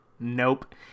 Nope